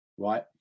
Right